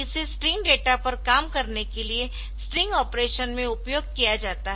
इसे string data पर काम करने के लिए स्ट्रिंग ऑपरेशन में उपयोग किया जाता है